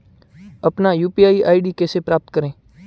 अपना UPI ID कैसे प्राप्त करें?